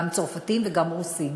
גם צרפתים וגם רוסים,